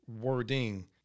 wording